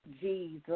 Jesus